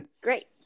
great